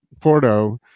Porto